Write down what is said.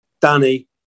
Danny